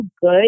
good